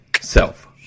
Self